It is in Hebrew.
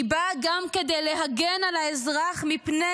היא באה גם כדי להגן על האזרח מפני